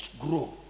grow